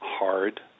hard